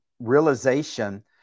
realization